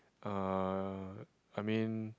uh I mean